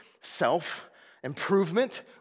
self-improvement